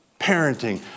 parenting